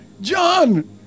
John